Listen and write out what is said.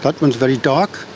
um and very dark,